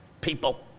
people